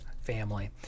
family